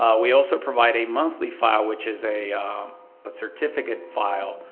ah we also provide a monthly file, which is a a certificate file,